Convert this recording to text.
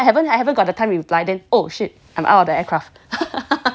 then I haven't I haven't got the time to reply and oh shit I'm out of the aircraft